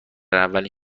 اولین